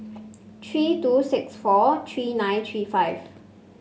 three two six four three nine three five